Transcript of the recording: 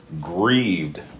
grieved